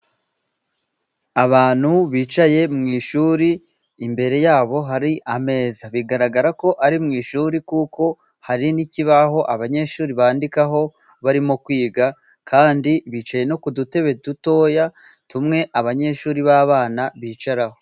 Abantu bicaye mu ishuri, imbere yabo hari ameza. Bigaragara ko ari mu ishuri kuko hari n'ikibaho abanyeshuri bandikaho barimo kwiga. Kandi bicaye no ku dutebe dutoya, tumwe abanyeshuri b'abana bicaraho.